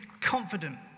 confident